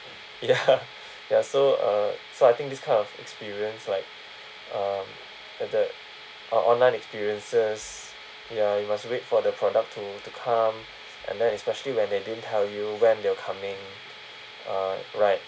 ya ya so uh so I think this kind of experience like um the uh online experiences ya you must wait for the product to to come and then especially when they didn't tell you when they'll coming uh right